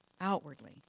Outwardly